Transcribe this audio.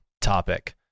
topic